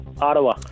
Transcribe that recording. Ottawa